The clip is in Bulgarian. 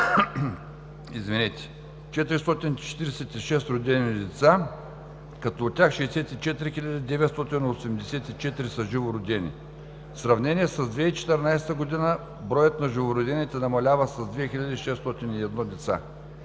хиляди 446 родени деца, като от тях 64 хил. 984 са живородени. В сравнение с 2014 г. броят на живородените намалява с 2601 деца.